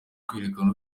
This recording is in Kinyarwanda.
kereka